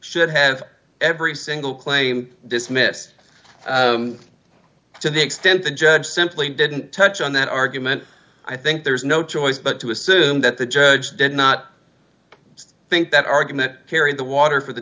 should have every single claim dismissed to the extent the judge simply didn't touch on that argument i think there's no choice but to assume that the judge did not think that argument carried the water for the